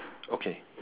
okay